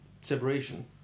separation